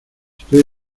estoy